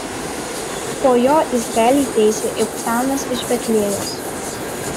po jo izraelį teisė ibcanas iš betliejaus